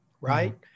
right